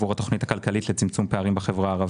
עבור התוכנית הכלכלית לצמצום פערים בחברה הערבית,